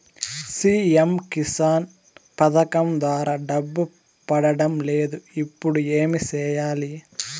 CM Kisan పథకం ద్వారా డబ్బు పడడం లేదు ఇప్పుడు ఏమి సేయాలి